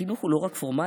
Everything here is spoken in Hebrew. החינוך הוא לא רק פורמלי,